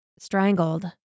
Strangled